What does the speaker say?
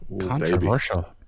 Controversial